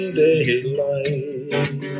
daylight